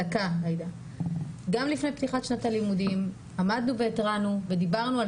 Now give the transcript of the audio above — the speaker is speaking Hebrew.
גם לפני פתיחת שנת הלימודים עמדנו והתרענו ודיברנו על